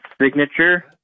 signature